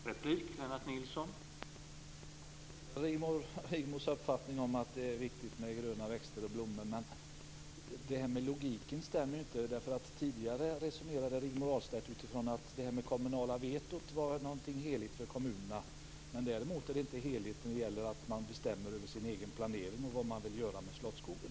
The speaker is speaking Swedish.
Herr talman! Jag delar Rigmor Ahlstedts uppfattning att det är viktigt med gröna växter och blommor. Men det är ingen logik i detta. Tidigare resonerade Rigmor Ahlstedt utifrån att det kommunala vetot var någonting heligt i kommunerna, men det är däremot inte heligt att kommunerna får bestämma över sin egen planering, t.ex. vad man vill göra med Slottsskogen.